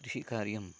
कृषिकार्यं